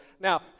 Now